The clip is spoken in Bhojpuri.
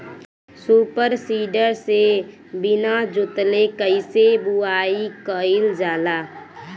सूपर सीडर से बीना जोतले कईसे बुआई कयिल जाला?